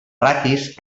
raquis